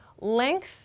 length